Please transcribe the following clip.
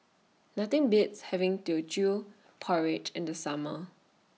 Nothing Beats having Teochew Porridge in The Summer